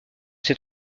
ses